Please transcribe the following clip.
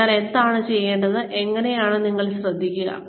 അതിനാൽ എന്താണ് എങ്ങനെയാണ് ചെയ്യേണ്ടത് എന്ന് നിങ്ങൾ ശ്രദ്ധിക്കുന്നു